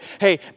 hey